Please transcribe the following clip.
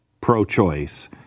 pro-choice